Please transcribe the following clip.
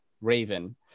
Raven